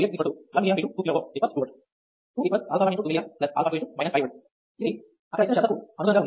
మొదటి సందర్భంలో Ix 1 milli amp అప్పుడు Vx 1 milli amp 2 kΩ 2V 2 α 1 × 2 milli amps α 2 × ఇది అక్కడ ఇచ్చిన షరతుకు అనుగుణంగా ఉంది